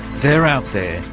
they're out there,